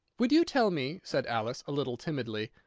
would you tell me, said alice, a little timidly,